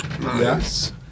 Yes